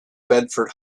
bedford